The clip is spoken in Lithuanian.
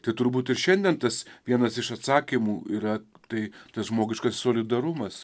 tai turbūt ir šiandien tas vienas iš atsakymų yra tai tas žmogiškas solidarumas